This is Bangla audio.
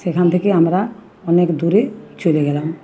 সেখান থেকে আমরা অনেক দূরে চলে গেলাম